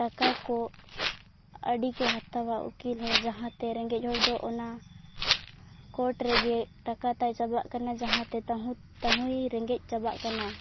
ᱴᱟᱠᱟ ᱠᱚ ᱟᱹᱰᱤ ᱠᱚ ᱦᱟᱛᱟᱣᱟ ᱩᱠᱤᱞ ᱦᱚᱸ ᱡᱟᱦᱟᱸᱛᱮ ᱨᱮᱸᱜᱮᱡ ᱦᱚᱲ ᱫᱚ ᱚᱱᱟ ᱠᱳᱴ ᱨᱮᱜᱮ ᱴᱟᱠᱟ ᱛᱟᱭ ᱪᱟᱵᱟᱜ ᱠᱟᱱᱟ ᱡᱟᱦᱟᱸ ᱛᱮ ᱛᱟᱸᱦᱩ ᱛᱟᱸᱦᱩᱭ ᱨᱮᱸᱜᱮᱡ ᱪᱟᱵᱟᱜ ᱠᱟᱱᱟ